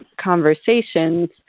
conversations